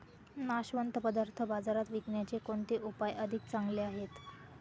नाशवंत पदार्थ बाजारात विकण्याचे कोणते उपाय अधिक चांगले आहेत?